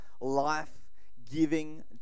life-giving